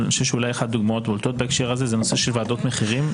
אני חושב שאחת הדוגמאות הבולטות בהקשר הזה זה הנושא של ועדות מחירים,